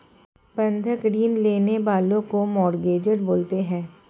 बंधक ऋण लेने वाले को मोर्टगेजेर बोलते हैं